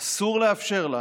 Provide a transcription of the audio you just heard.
אסור לאפשר לה